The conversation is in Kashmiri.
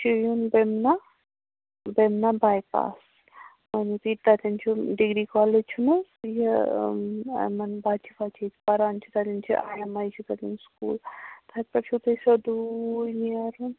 چھُو یُن بیمِنا بیمِنا باے پاس اہن حَظ یہِ تتٮ۪ن چھُ ڈِگری کالج چھُ نہ یہِ یِمن بچہِ وچہِ یتہَ پران چھِ تتٮ۪ن چھُ آیۍ ایٚم آیۍ چھُ تتٮ۪ن سکول تتہِ پیٹھٕ چھُو تۄہہٕ سیدوٗے نیرُن